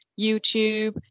YouTube